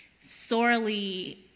sorely